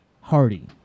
Hardy